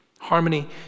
Harmony